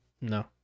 No